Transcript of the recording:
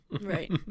Right